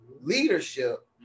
leadership